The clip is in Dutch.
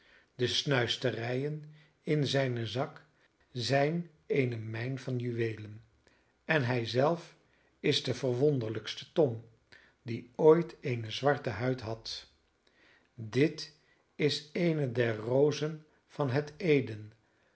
de snuisterijen in zijnen zak zijn eene mijn van juweelen en hij zelf is de verwonderlijkste tom die ooit eene zwarte huid had dit is eene der rozen van het eden